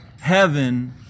heaven